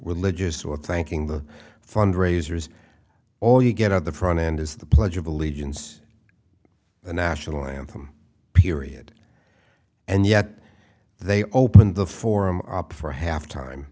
religious or thanking the fundraisers all you get at the front end is the pledge of allegiance the national anthem period and yet they open the forum up for a half time